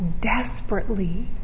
desperately